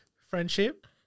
Friendship